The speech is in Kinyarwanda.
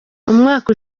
umwaka